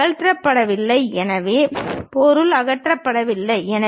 பொருள் அகற்றப்படவில்லை எனவே பொருள் அகற்றப்படவில்லை